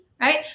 right